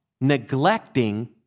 neglecting